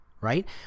right